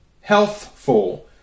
healthful